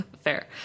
Fair